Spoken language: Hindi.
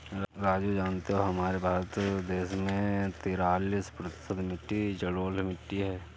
राजू जानते हो हमारे भारत देश में तिरालिस प्रतिशत मिट्टी जलोढ़ मिट्टी हैं